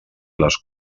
les